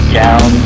down